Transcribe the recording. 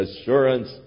assurance